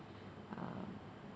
uh